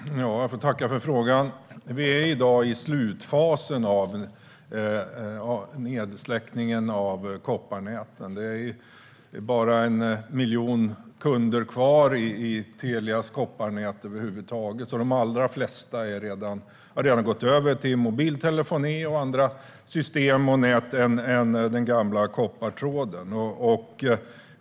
Fru talman! Jag får tacka för frågan. Vi är i dag i slutfasen av nedsläckningen av kopparnäten. Det är bara en miljon kunder kvar i Telias kopparnät, så de allra flesta har redan gått över till mobiltelefoni och andra system och nät än den gamla koppartråden.